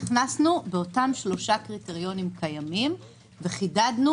נכנסנו באותם שלושה קריטריונים קיימים וחידדנו